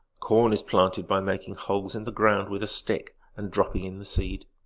corn is planted by making holes in the ground with a stick, and dropping in the seed.